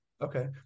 Okay